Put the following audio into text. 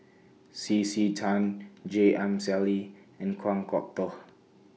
C C Tan J M Sali and Kan Kwok Toh